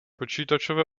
počítačové